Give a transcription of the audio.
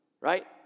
right